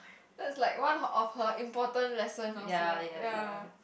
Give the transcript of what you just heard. that's like one of her important lesson also ya